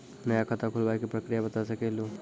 नया खाता खुलवाए के प्रक्रिया बता सके लू?